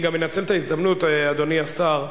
גם אנצל את ההזדמנות, אדוני השר,